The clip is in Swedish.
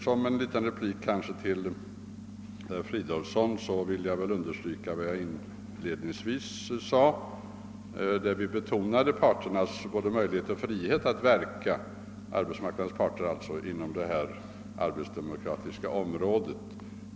Som en liten replik till Herr Fridolfsson i Rödeby vill jag understryka vad jag inledningsvis yttrade, nämligen att vi betonat arbetsmarknadsparternas både möjlighet och frihet att verka på det arbetsdemokratiska området.